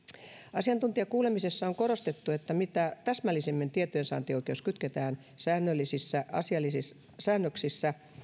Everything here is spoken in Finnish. asiantuntijakuulemisessa on korostettu että mitä täsmällisemmin tietojensaantioikeus kytketään säännöksissä asiallisiin säännöksissä